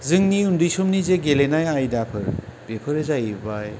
जोंनि उन्दै समनि जे गेलेनाय आयदाफोर बेफोरो जाहैबाय